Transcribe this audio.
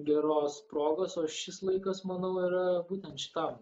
geros progos o šis laikas manau yra būtent šitam